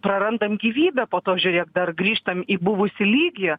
prarandam gyvybę po to žiūrėk dar grįžtam į buvusį lygį